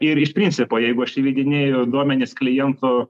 ir iš principo jeigu aš įvedinėju duomenis klientų